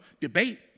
debate